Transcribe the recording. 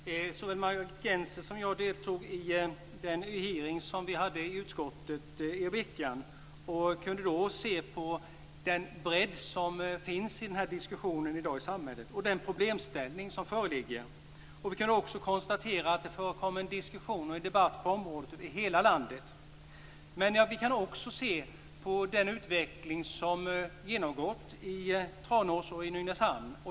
Fru talman! Såväl Margit Gennser som jag deltog i den hearing som utskottet hade i veckan. Vi kunde se den bredd som finns i diskussionen och de problem som finns i dag i samhället. Vi kan också konstatera att det förekommer en debatt över hela landet. Vi kan också se den positiva utveckling som har skett i Tranås och Nynäshamn.